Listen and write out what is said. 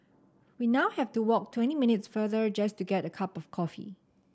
we now have to walk twenty minutes farther just to get a cup of coffee